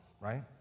right